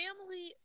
family